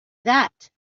that